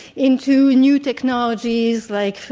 into new technologies like,